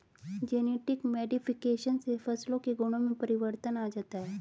genetic modification से फसलों के गुणों में परिवर्तन आ जाता है